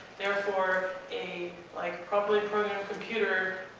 therefore, a, like, properly programmed computer